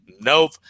Nope